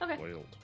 Okay